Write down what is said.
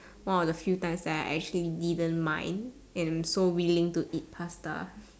one of the few times that I actually didn't mind and so willing to eat pasta